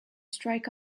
strike